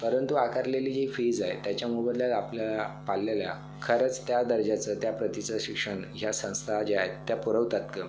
परंतु आकारलेली जी फीज आहे त्याच्या मोबदल्यात आपलं पाल्याला खरंच त्या दर्जाचं त्या प्रतीचं शिक्षण ह्या संस्था ज्या आहेत त्या पुरवतात का